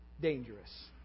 dangerous